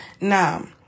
Now